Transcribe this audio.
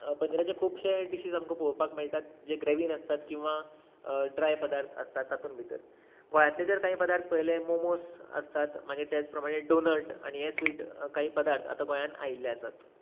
पनीराचे खुबशे डिश आमकां पळोवपाक मेळटा जे ग्रेवींत आसता किंवा ड्राय पदार्श आसता तातून बी गोंयातलें जर कांय पदार्थ पळयले मोमोस आसता मागीर त्याच प्रमाणे डाॅनट आनी हे स्वीट कांयी पदार्थ आतां गोंयान आयिल्ले आसात